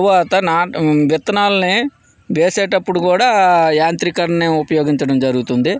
తరువాత విత్తనాలని వేసేటప్పుడు కూడా యాంత్రికను ఉపయోగించడం జరుగుతుంది